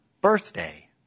birthday